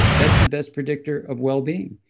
that's the best predictor of wellbeing.